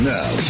Now